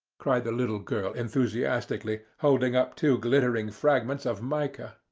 cried the little girl enthusiastically, holding up two glittering fragments of mica.